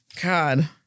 god